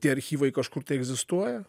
tie archyvai kažkur tai egzistuoja